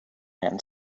man